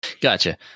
Gotcha